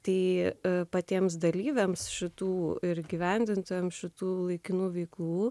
tai patiems dalyviams šitų ir įgyvendintojams šitų laikinų veiklų